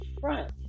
front